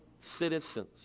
citizens